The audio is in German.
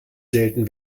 selten